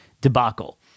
debacle